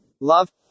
love